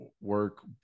work